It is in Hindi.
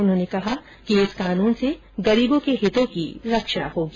उन्होंने कहा कि इस कानून से गरीबों के हितों की रक्षा होगी